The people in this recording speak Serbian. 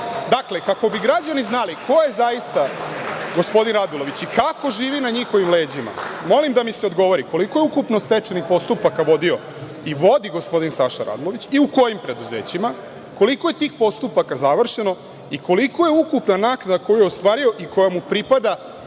Srbije. Kako bi građani znali ko je zaista gospodin Radulović i kako živi na njihovim leđima, molim da mi se odgovori koliko je ukupno stečajnih postupaka vodio i vodi gospodin Saša Radulović i u kojim preduzećima? Koliko je tih postupaka završeno i kolika je ukupna naknada koju je ostvario i koja mu pripada